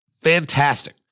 fantastic